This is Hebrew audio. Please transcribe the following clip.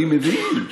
אני מבין.